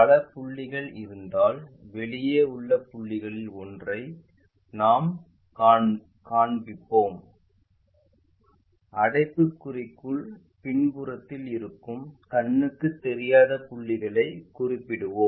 பல புள்ளிகள் இருந்தால் வெளியே உள்ள புள்ளிகளில் ஒன்றை நாங்கள் காண்பிப்போம் அடைப்புக்குறிக்குள் பின்புறத்தில் இருக்கும் கண்ணுக்கு தெரியாத புள்ளிகளை குறிப்பிடுவோம்